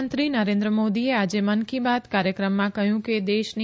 પ્રધાનમંત્રી નરેન્દ્ર મોદીએ આજે મન કી બાત કાર્યક્રમમાં કહયું કે દેશની